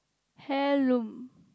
heirloom